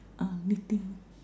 ah knitting